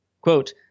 Quote